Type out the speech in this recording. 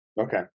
okay